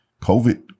COVID